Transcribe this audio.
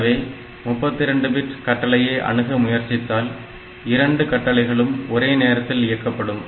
எனவே 32 பிட் கட்டளையை அணுக முயற்சித்தால் இரண்டு கட்டளைகளும் ஒரே நேரத்தில் இயக்கப்படும்